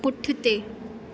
पुठिते